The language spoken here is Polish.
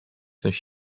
coś